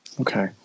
Okay